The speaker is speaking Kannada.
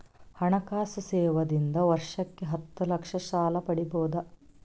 ಹಣಕಾಸು ಸೇವಾ ದಿಂದ ವರ್ಷಕ್ಕ ಹತ್ತ ಲಕ್ಷ ಸಾಲ ಪಡಿಬೋದ?